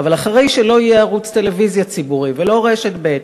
"ואחרי שלא יהיה ערוץ ציבורי" ולא רשת ב',